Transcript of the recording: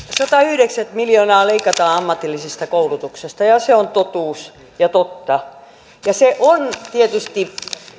satayhdeksänkymmentä miljoonaa leikataan ammatillisesta koulutuksesta ja se on totuus ja totta se on tietysti